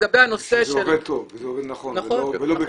כשזה עובד טוב ועובד נכון ולא בכאילו.